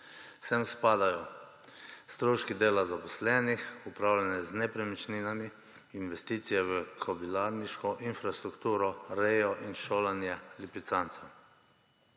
Sem spadajo stroški dela zaposlenih, upravljanje z nepremičninami, investicije v kobilarniško infrastrukturo, rejo in šolanje lipicancev.